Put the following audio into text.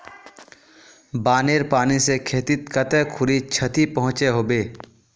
बानेर पानी से खेतीत कते खुरी क्षति पहुँचो होबे?